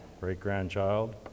great-grandchild